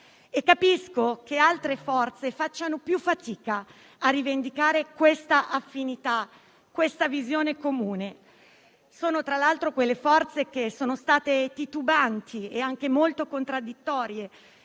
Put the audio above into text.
Capisco che altre forze facciano più fatica a rivendicare questa affinità e questa visione comune. Sono, tra l'altro, quelle forze che sono state titubanti e anche molto contraddittorie